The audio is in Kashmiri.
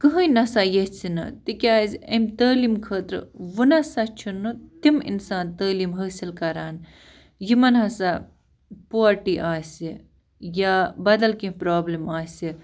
کٔہیٖنٛۍ نَسا ییٚژھِ نہٕ تِکیٛازِ أمۍ تعلیٖم خٲطرٕ وُنسا چھُنہٕ تِم اِنسان تعلیٖم حٲصِل کَران یِمَن ہسا پووَرٹی آسہِ یا بدل کیٚنٛہہ پرٛابلِم آسہِ